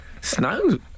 snow